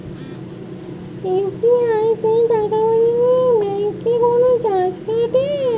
UPI তে টাকা পাঠালে ব্যাংক কি কোনো চার্জ কাটে?